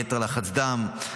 יתר לחץ דם,